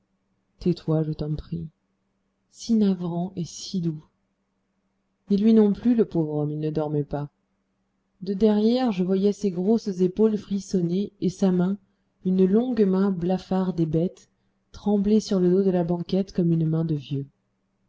tais-toi je t'en prie si navrant et si doux ni lui non plus le pauvre homme il ne dormait pas de derrière je voyais ses grosses épaules frissonner et sa main une longue main blafarde et bête trembler sur le dos de la banquette comme une main de vieux